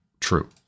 true